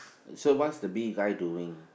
so what's the bee guy doing